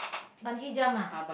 bungee jump ah